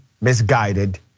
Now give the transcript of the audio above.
misguided